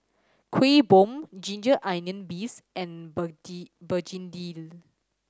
Kuih Bom ginger onion beefs and begedil